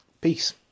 Peace